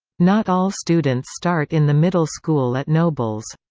not all students start in the middle school at nobles.